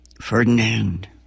Ferdinand